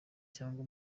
cyangwa